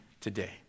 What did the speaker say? today